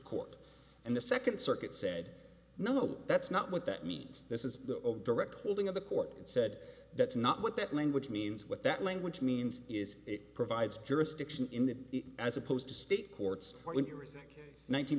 court and the second circuit said no that's not what that means this is the direct holding of the court and said that's not what that language means what that language means is it provides jurisdiction in the as opposed to state courts or to rethink nine